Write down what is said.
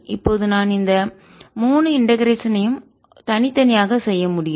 இப்போது நான் இந்த 3 இண்டெகரேஷன் யும் ஒருங்கிணைப்பை தனித்தனியாக செய்ய முடியும்